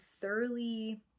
thoroughly